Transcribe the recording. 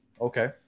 Okay